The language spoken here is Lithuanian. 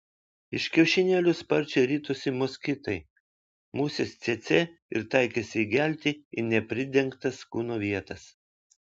iš kiaušinėlių sparčiai ritosi moskitai musės cėcė ir taikėsi įgelti į nepridengtas kūno vietas